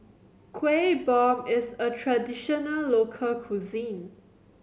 Kueh Bom is a traditional local cuisine